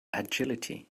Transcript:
agility